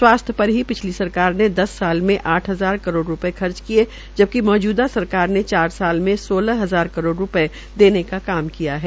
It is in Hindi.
स्वास्थ्य पर ही पिछली सरकार ने दस साल में आठ हजार करोड़ रूपये खर्च किये जबकि मौजूदा सरकार ने चार साल में सोलह हजार करोड़ रूपये देने का काम किया है